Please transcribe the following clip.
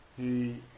he